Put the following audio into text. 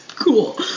Cool